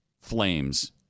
flames